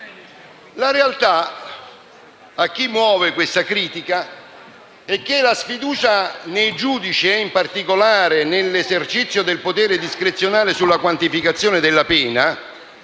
mi rivolgo a chi muove questa critica - è che la sfiducia nei giudici, in particolare nell'esercizio del potere discrezionale sulla quantificazione della pena,